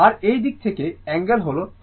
আর এই দিক থেকে অ্যাঙ্গেল হল θ